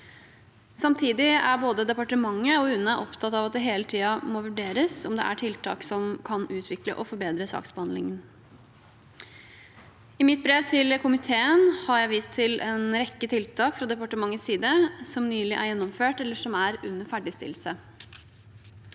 Samtidig er både departementet og UNE opptatt av at det hele tiden må vurderes om det er tiltak som kan utvikle og forbedre saksbehandlingen. I mitt brev til komiteen har jeg vist til en rekke tiltak fra departementets side som nylig er gjennomført eller som er under ferdigstillelse.